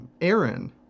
Aaron